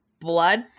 blood